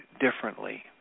differently